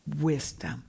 wisdom